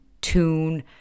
tune